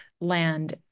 land